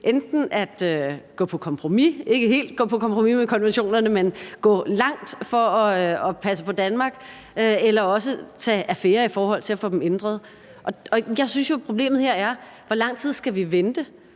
konventionerne – ikke helt på kompromis, men villige til at gå langt for at passe på Danmark – eller også at tage affære i forhold til at få dem ændret. Jeg synes jo, at problemet her er: Hvor lang tid skal vi vente?